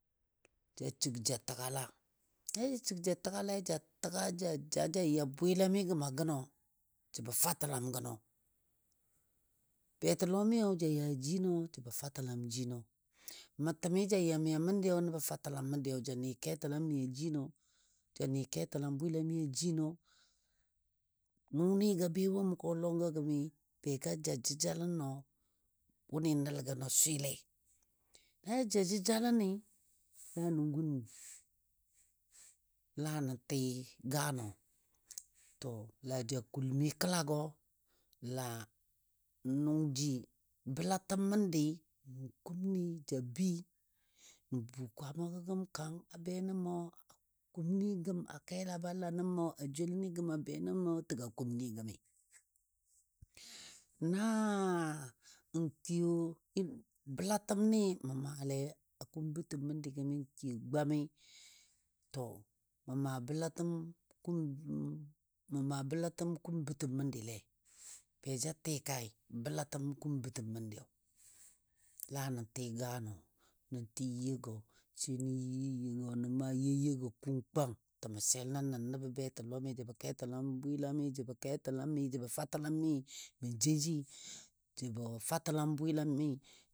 Ja shig ja təgala, na ja shig ja təgala ja jaa ja ya bwɨlami gəm a gənɔ jəbə fatəlam gənɔ, betilɔmiyo ja ya a jinɔ jəbɔ fatəlam jinɔ, mə təmi ja yami a məndiyo nəbə fatəlam məndiyo ja ni ketəlam məndi a jinɔ, ja ni ketəlam bwɨlami a jino. Nʊni ga be wo mʊgɔ lɔngɨ be ga jaa jəjalənɔ wʊnɨ nəl gənɔ swɨlei, na ja jaa jəjaləni la nə gun la nə tɨ ganɔ to la ja kulmi kəlagɔ la n nʊng ji bəlatəm məndi n kumni ja bəi, n bu Kwaamagɔ gəm kang a be nən mə a kumni gəm a kela ba lanə mə a joulni gəm a be nən mə təgo kumni gəmi. Na n kiyo bəlatəmni mə maalei a kum bətəm məndi gəmi kiyo gwami to mə maa bəlatəm kum mə maa bəlatəm kum bətəm məndile, be ja tɨ kai bəlatəm kum bə təm məndiyo. La nə tɨ ganɔ, nən tɨ yego sai nən you yego nən maa you yegɔ kungkwang təmɔ sel nən nən nəbo betəlɔ jəbɔ ketəlam bwɨlami jəbo fatəlam mi ma jouji jəbo fatəlam bwɨlami.